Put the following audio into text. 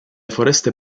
foreste